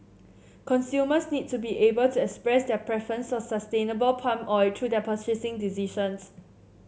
consumers need to be able to express their preference sustainable palm oil through their purchasing decisions